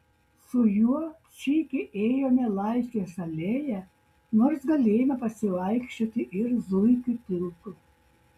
su juo sykį ėjome laisvės alėja nors galėjome pasivaikščioti ir zuikių tiltu